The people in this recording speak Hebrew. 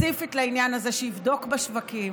ספציפית לעניין הזה, שיבדוק בשווקים.